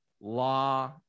law